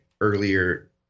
earlier